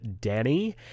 Danny